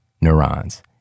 neurons